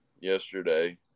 yesterday